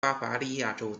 巴伐利亚州